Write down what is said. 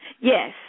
Yes